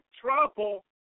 trouble